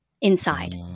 inside